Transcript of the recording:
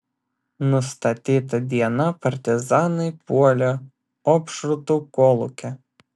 nustatytą dieną partizanai puolė opšrūtų kolūkį